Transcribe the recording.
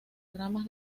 ramas